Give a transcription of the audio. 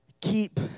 keep